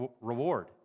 reward